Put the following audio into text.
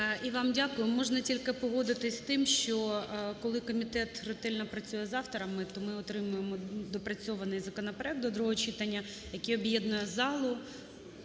І вам дякую. Можна тільки погодитись з тим, що, коли комітет ретельно працює з авторами, то ми отримуємо доопрацьований законопроект до другого читання, який об'єднує залу.